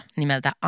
nimeltä